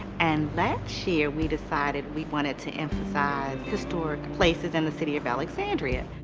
and last year we decided we wanted to emphasize places in the city of alexandria.